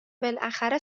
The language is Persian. بالاخره